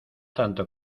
tanto